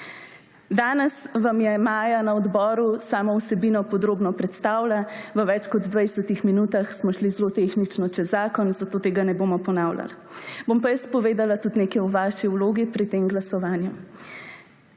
Danes vam je Maja na odboru samo vsebino podrobno predstavila. V več kot dvajsetih minutah smo šli zelo tehnično čez zakon, zato tega ne bomo ponavljali. Bom pa jaz povedala tudi nekaj o vaši vlogi pri tem glasovanju.